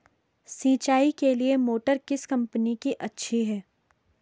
सिंचाई के लिए मोटर किस कंपनी की अच्छी है?